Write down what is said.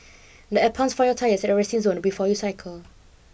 there are pumps for your tyres at the resting zone before you cycle